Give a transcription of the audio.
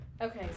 Okay